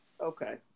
okay